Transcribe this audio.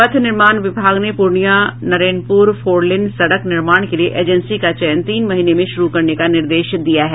पथ निर्माण विभाग ने पूर्णिया नरेनपुर फोरलेन सड़क निर्माण के लिये एजेंसी का चयन तीन महीने में शुरू करने का निर्देश दिया है